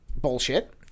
bullshit